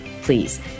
Please